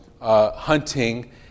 hunting